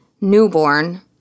newborn